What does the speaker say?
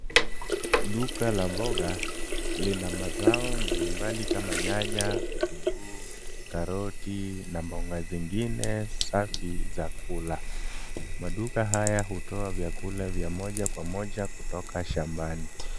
Duka la mboga lina mazao mbalimbali kama nyanya, vitunguu, karoti na mboga zingine safi za kula. Maduka haya hutoa vyakula vya moja kwa moja kutoka shambani.